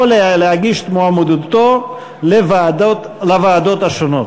להגיש את מועמדותו לוועדות השונות.